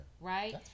right